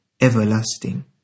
Everlasting